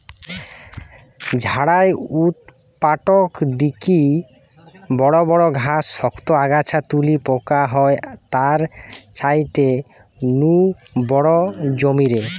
ঝাড়াই উৎপাটক দিকি বড় বড় ঘাস, শক্ত আগাছা তুলি পোকা হয় তার ছাইতে নু বড় জমিরে